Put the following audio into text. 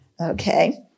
Okay